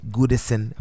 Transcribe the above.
Goodison